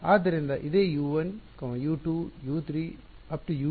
ಆದ್ದರಿಂದ ಇದೆ U1 U2 U3